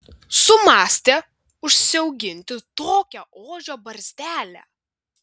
sumąstė užsiauginti tokią ožio barzdelę